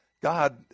God